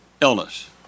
illness